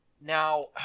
now